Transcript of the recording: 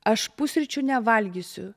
aš pusryčių nevalgysiu